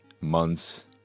months